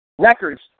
Records